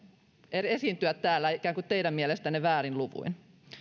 esiintyä täällä ikään kuin teidän mielestänne väärin luvuin